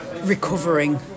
recovering